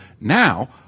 Now